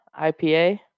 IPA